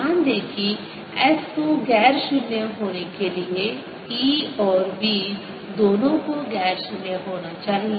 ध्यान दें कि S को गैर शून्य होने के लिए E और B दोनों को गैर शून्य होना चाहिए